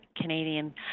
Canadian